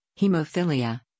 hemophilia